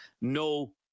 No